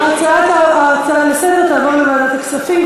ההצעה לסדר-היום תועבר לוועדת הכספים.